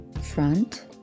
front